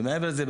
ומעבר לזה,